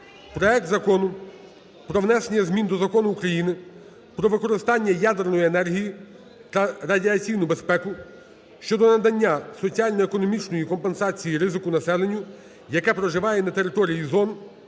Проект Закону про внесення змін до Закону України "Про використання ядерної енергії та радіаційну безпеку" щодо надання соціально-економічної компенсації ризику населенню, яке проживає на території зон